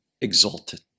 exalted